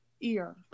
ear